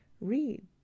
Read